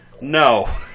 No